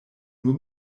nur